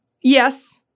Yes